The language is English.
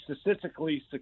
statistically